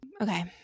Okay